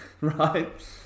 right